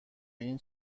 این